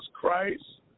Christ